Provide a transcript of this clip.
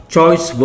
Choice